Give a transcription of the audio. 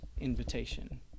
invitation